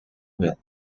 will